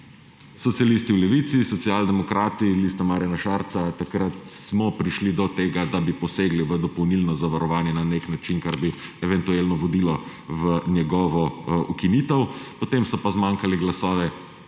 Socialisti v Levici, socialdemokrati in Lista Marjana Šarca smo takrat prišli do tega, da bi posegli v dopolnilno zavarovanje na nek način, kar bi eventualno vodilo v njegovo ukinitev, potem so pa zmanjkali glasovi